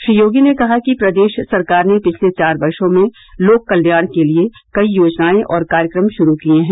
श्री योगी ने कहा कि प्रदेश सरकार ने पिछले चार वर्षो में लोक कल्याण के लिये कई योजनाए और कार्यक्रम शुरू किये हैं